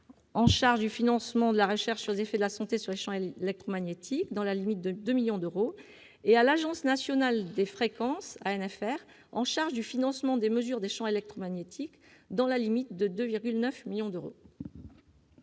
est chargée du financement de la recherche sur les effets sur la santé des champs électromagnétiques, dans la limite de 2 millions d'euros, et à l'Agence nationale des fréquences, l'ANFR, qui est chargée du financement de la mesure des champs électromagnétiques, dans la limite de 2,9 millions d'euros.